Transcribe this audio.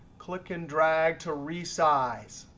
click and drag to resize.